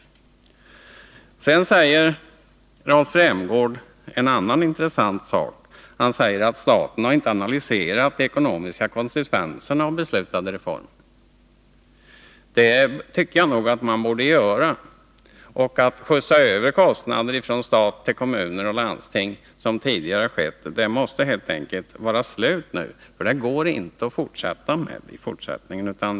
Sedan säger Rolf Rämgård en annan intressant sak, nämligen att staten inte har analyserat de ekonomiska konsekvenserna av beslutade reformer. Det tycker jag nog att man borde göra. Det måste helt enkelt vara slut med att föra över kostnader från stat till kommuner och landsting, som tidigare har skett.